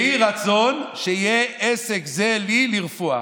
יהי רצון שיהיה עסק זה לי לרפואה.